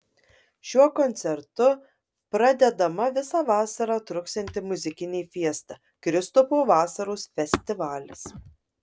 šiuo koncertu pradedama visą vasarą truksianti muzikinė fiesta kristupo vasaros festivalis